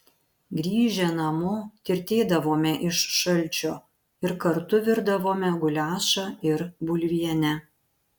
grįžę namo tirtėdavome iš šalčio ir kartu virdavome guliašą ir bulvienę